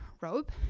robe